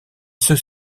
ceux